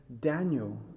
Daniel